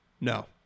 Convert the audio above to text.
No